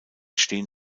stehen